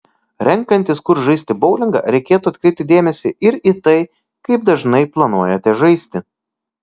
renkantis kur žaisti boulingą reikėtų atkreipti dėmesį ir į tai kaip dažnai planuojate žaisti